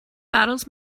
battles